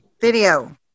Video